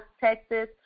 Texas